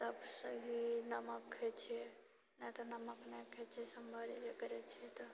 तबसँ हि नमक खाइ छियै नहि तऽ नमक नहि खाइ छियै सोमवारी जे करैत छियै तऽ